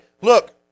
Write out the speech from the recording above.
look